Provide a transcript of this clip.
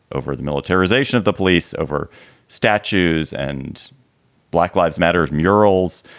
over the militarization of the police, over statues and black lives matter of murals.